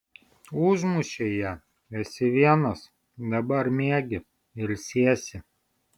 užmušei ją esi vienas dabar miegi ilsiesi